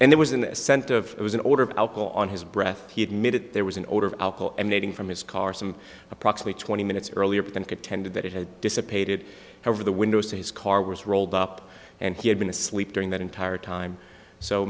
and there was in the center of it was an order of alcohol on his breath he admitted there was an odor of alcohol and dating from his car some approximate twenty minutes earlier than contended that it had dissipated over the windows to his car was rolled up and he had been asleep during that entire time so